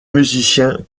musiciens